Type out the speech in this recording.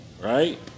right